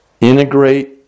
integrate